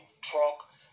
truck